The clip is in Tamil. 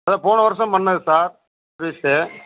சார் போன வருஷம் பண்ணிணது சார் சர்வீஸு